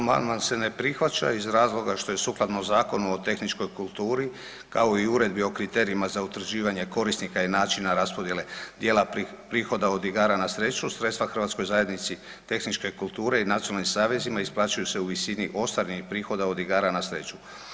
Amandman se ne prihvaća iz razloga što je sukladno zakonu o tehničkoj kulturi, kao i Uredbi o kriterijima za utvrđivanje korisnika i načina raspodjele dijela prihoda od igara na sreću, sredstva Hrvatskoj zajednici tehničke kulture i nacionalnim savezima, isplaćuju se u visini ostalih prihoda od igara na sreću.